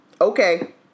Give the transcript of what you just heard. Okay